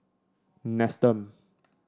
Nestum